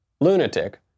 lunatic